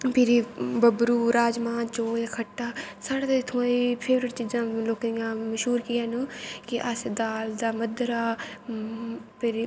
फिरी बबरू राजमाह् चौल खट्टा साढ़े ते इत्थुआं दी फेवरट चीजां लोकें दियां मश्हूर केह् है न कि अस दाल दा मद्दरा भिरी